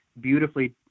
beautifully